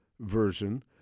version